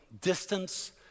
Distance